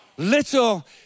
Little